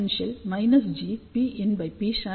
PinPsat 1 GexpG